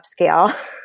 upscale